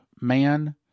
man